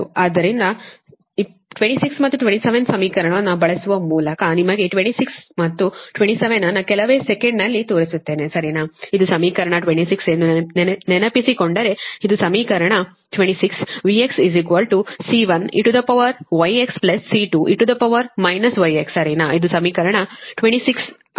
ಆದ್ದರಿಂದ 26 ಮತ್ತು 27 ಸಮೀಕರಣವನ್ನು ಬಳಸುವ ಮೂಲಕ ನಿಮಗೆ 26 ಮತ್ತು 27 ಅನ್ನು ಕೆಲವೇ ಸೆಕೆಂಡ್ ನಲ್ಲಿ ತೋರಿಸುತ್ತೇನೆ ಸರಿನಾ ಇದು ಸಮೀಕರಣ 26 ಎಂದು ನೆನಪಿಸಿಕೊಂಡರೆ ಇದು ಸಮೀಕರಣ 26 V C1 eγxC2e γx ಸರಿನಾ ಇದು ಸಮೀಕರಣ 26 ಆಗಿದೆ